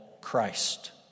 Christ